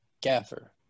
gaffer